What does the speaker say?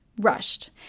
rushed